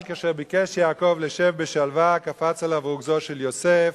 אבל כשביקש יעקב לישב בשלווה קפץ עליו רוגזו של יוסף,